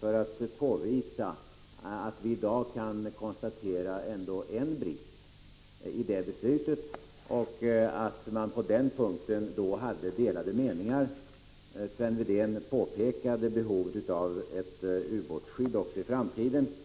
för att påvisa att vi i dag ändå kan konstatera en brist i det beslutet och att det på denna punkt då rådde delade meningar. Sven Wedén påpekade behovet av ett ubåtsskydd också i framtiden.